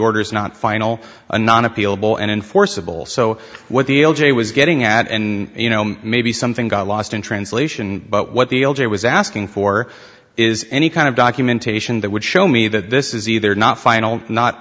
order is not final anon appealable and enforceable so what the l j was getting at and you know maybe something got lost in translation but what the elder was asking for is any kind of documentation that would show me that this is either not final not